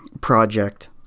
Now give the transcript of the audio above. project